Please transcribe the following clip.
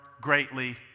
greatly